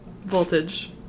voltage